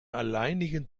alleinigen